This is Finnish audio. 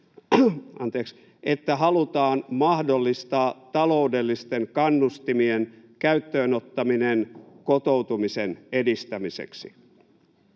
että halutaan mahdollistaa taloudellisten kannustimien käyttöön ottaminen kotoutumisen edistämiseksi.